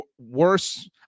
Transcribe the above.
worse